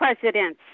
Presidents